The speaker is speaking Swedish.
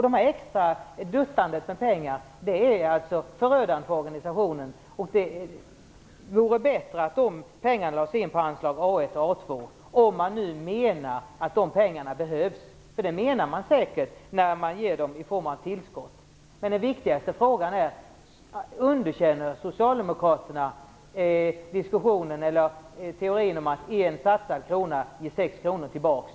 Detta extra duttande med pengar är förödande för organisationen. Det vore bättre att de pengarna lades på anslag A1 och A2, om man nu menar att de behövs. Det menar man säkert eftersom man ger dessa tillskott. Den viktigaste frågan gäller om socialdemokraterna underkänner teorin om att en satsad krona ger sex kronor tillbaks.